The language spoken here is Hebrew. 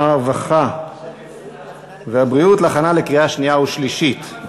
הרווחה והבריאות להכנה לקריאה שנייה ושלישית.